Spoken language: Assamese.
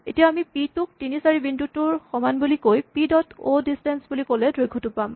এতিয়া আমি পি টোক ৩ ৪ বিন্দুটোৰ সমান বুলি কৈ পি ডট অ' দিচটেন্স বুলি ক'লে দৈৰ্ঘটো পাম